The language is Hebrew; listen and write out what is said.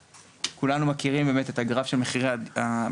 אז כולנו מכירים באמת את הגרף של מחירי הדירות.